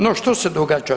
No što se događa?